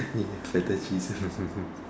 ya Feta cheese